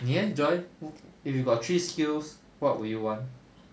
你 eh joy if you got three skills what would you want